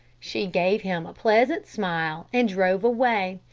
she gave him a pleasant smile, and drove away,